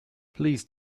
please